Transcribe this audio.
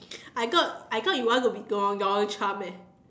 I thought I thought you want to be charm eh